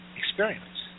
experiments